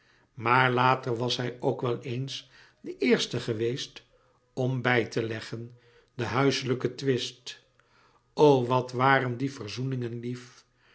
maar later was hij ook wel eens de eerste geweest om bij te leggen den huiselijken twist o wat waren die verzoeningen lief